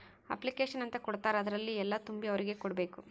application ಅಂತ ಕೊಡ್ತಾರ ಅದ್ರಲ್ಲಿ ಎಲ್ಲ ತುಂಬಿ ಅವ್ರಿಗೆ ಕೊಡ್ಬೇಕು